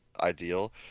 ideal